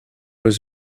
was